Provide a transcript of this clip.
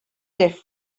les